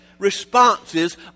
Responses